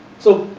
so,